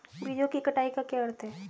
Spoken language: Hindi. बीजों की कटाई का क्या अर्थ है?